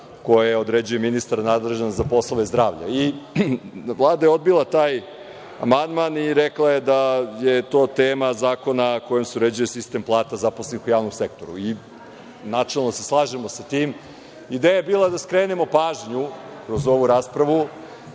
koje određuje ministar nadležan za poslove zdravlja. Vlada je odbila taj amandman i rekla je da je to tema Zakona kojim se uređuje sistem plata zaposlenih u javnom sektoru. Načelno se slažemo sa tim. Ideja je bila da skrenemo pažnju kroz ovu raspravu